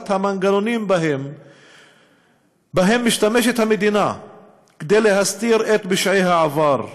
המנגנונים שבהם משתמשת המדינה כדי להסתיר את פשעי העבר,